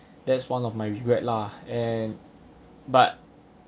that's one of my regret lah and but